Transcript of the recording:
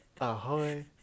ahoy